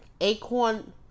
Acorn